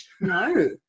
No